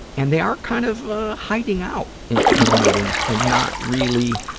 and they are kind of, ah, hiding out in, in meetings and not really,